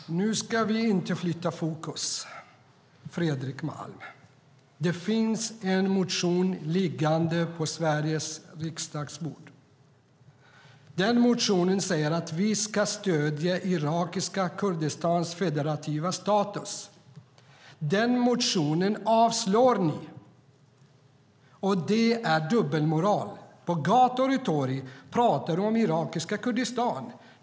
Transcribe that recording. Herr talman! Nu ska vi inte flytta fokus, Fredrik Malm. Det finns en motion liggande på Sveriges riksdags bord. Den motionen säger att vi ska stödja irakiska Kurdistans federativa status. Den motionen avstyrker ni, och det är dubbelmoral. På gator och torg pratar du om irakiska Kurdistan.